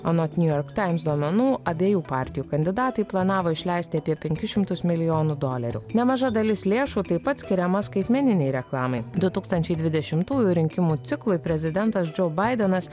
anot new york times duomenų abiejų partijų kandidatai planavo išleisti apie penkis šimtus milijonų dolerių nemaža dalis lėšų taip pat skiriama skaitmeninei reklamai du tūkstančiai dvidešimtųjų rinkimų ciklui prezidentas džo baidenas